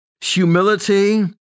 humility